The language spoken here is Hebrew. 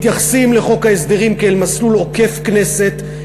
מתייחסים לחוק ההסדרים כאל מסלול עוקף כנסת,